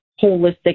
holistic